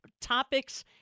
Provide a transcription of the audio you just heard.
topics